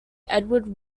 edward